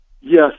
Yes